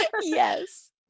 Yes